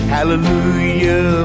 Hallelujah